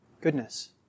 Goodness